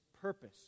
purpose